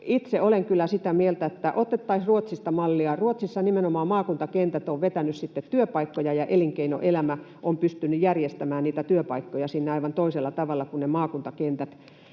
itse olen kyllä sitä mieltä, että otettaisiin Ruotsista mallia. Ruotsissa nimenomaan maakuntakentät ovat vetäneet työpaikkoja ja elinkeinoelämä on pystynyt järjestämään niitä työpaikkoja sinne aivan toisella tavalla, kun ne maakuntakentät